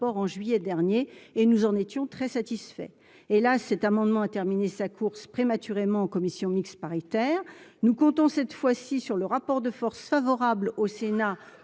en juillet dernier et nous en étions très satisfait et là, cet amendement a terminé sa course prématurément en commission mixte paritaire, nous comptons cette fois-ci sur le rapport de force favorable au Sénat